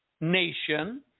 nation